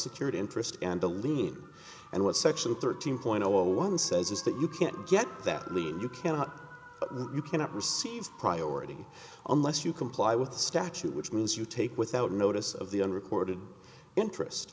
secured interest and a lien and what section thirteen point zero one says is that you can't get that lead you cannot you cannot receive priority unless you comply with the statute which means you take without notice of the unreported interest